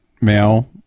male